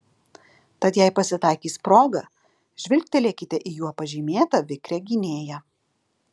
tad jei pasitaikys proga žvilgtelėkite į juo pažymėtą vikrią gynėją